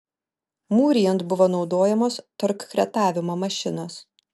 mūrijant buvo naudojamos torkretavimo mašinos